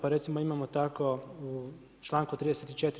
Pa recimo imamo tako u članku 34.